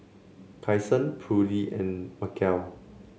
Kyson Prudie and Macel